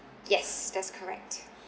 yes that's correct